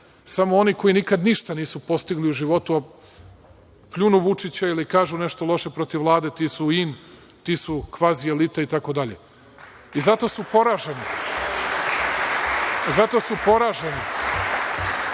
Samo oni koji nikad ništa nisu postigli u životu, pljunu Vučića ili kažu nešto loše protiv Vlade ti su in, ti su kvazi elita itd. Zato su poraženi, zato što